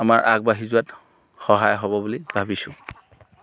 আমাৰ আগবাঢ়ি যোৱাত সহায় হ'ব বুলি ভাবিছোঁ